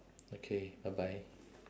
okay bye bye